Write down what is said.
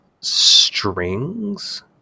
strings